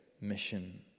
mission